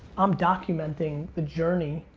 i'm documenting the journey.